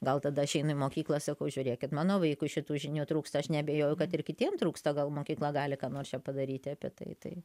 gal tada aš einu į mokyklą sakau žiūrėkit mano vaikui šitų žinių trūksta aš neabejoju kad ir kitiem trūksta gal mokykla gali ką nors čia padaryti apie tai tai